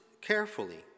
carefully